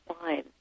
fine